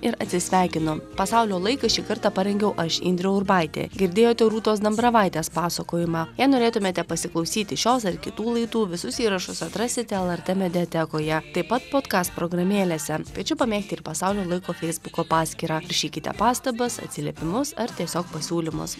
ir atsisveikinu pasaulio laiką šį kartą parengiau aš indrė urbaitė girdėjote rūtos dambravaitės pasakojimą jei norėtumėte pasiklausyti šios ar kitų laidų visus įrašus atrasite lrt mediatekoje taip potkast programėlėse skviečiu pamėgti ir pasaulio laiko feisbuko paskyrą rašykite pastabas atsiliepimus ar tiesiog pasiūlymus